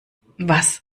was